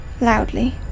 loudly